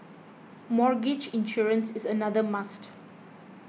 mortgage insurance is another must